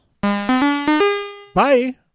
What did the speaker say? Bye